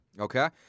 Okay